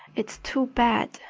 it's too bad!